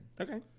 Okay